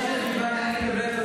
די כבר, די.